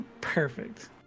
Perfect